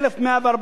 רמת גן,